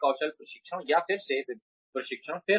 नए कौशल प्रशिक्षण या फिर से प्रशिक्षण